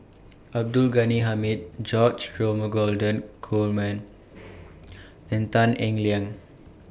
Abdul Ghani Hamid George Dromgold Coleman and Tan Eng Liang